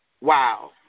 Wow